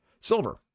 Silver